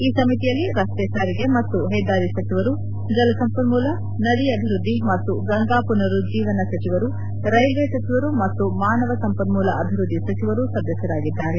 ಈ ಸಮಿತಿಯಲ್ಲಿ ರಸ್ತೆ ಸಾರಿಗೆ ಮತ್ತು ಹೆದ್ದಾರಿ ಸಚಿವರು ಜಲಸಂಪನ್ಮೂಲ ನದಿ ಅಭಿವೃದ್ದಿ ಮತ್ತು ಗಂಗಾ ಪುನರುಜ್ಜೀವನ ಸಚಿವರು ರೈಲ್ವೆ ಸಚಿವರು ಮತ್ತು ಮಾನವ ಸಂಪನ್ಮೂಲ ಅಭಿವೃದ್ದಿ ಸಚಿವರು ಸದಸ್ಯರಾಗಿದ್ದಾರೆ